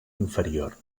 inferior